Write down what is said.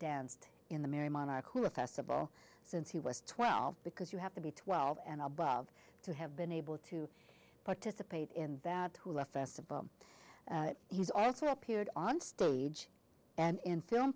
danced in the mary monarch who a festival since he was twelve because you have to be twelve and above to have been able to participate in that who are first of all he's also appeared on stage and in film